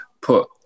put